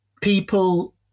people